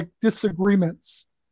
disagreements